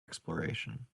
exploration